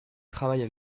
travaille